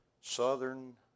southern